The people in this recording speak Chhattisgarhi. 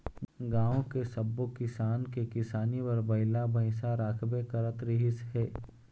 गाँव के सब्बो किसान के किसानी बर बइला भइसा राखबे करत रिहिस हे